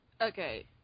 Okay